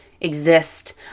exist